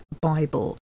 Bible